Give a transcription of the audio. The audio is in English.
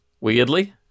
Weirdly